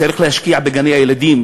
צריך להשקיע בגני-הילדים,